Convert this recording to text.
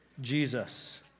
Jesus